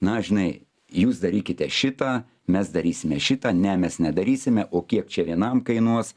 na žinai jūs darykite šitą mes darysime šitą ne mes nedarysime o kiek čia vienam kainuos